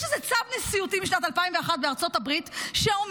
יש איזה צו נשיאותי משנת 2001 בארצות הברית שאומר